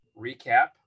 recap